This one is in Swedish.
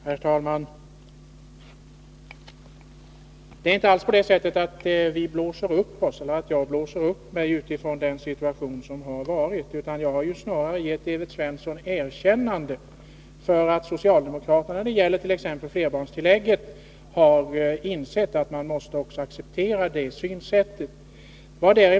Herr talman! Det är inte alls på det sättet att jag blåser upp mig utifrån den situation som har varit, utan jag har snarare givit Evert Svensson erkännande för att socialdemokraterna när det gäller t.ex. flerbarnstillägget har insett att man måste acceptera även detta synsätt.